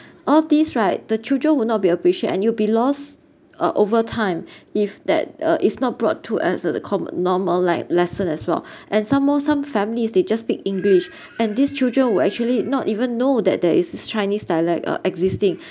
all these right the children will not be appreciate and it will be loss uh over time if that uh it's not brought to as a the com~normal like lesson as well and some more some families they just speak english and these children will actually not even know that there is is chinese dialect uh existing